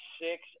six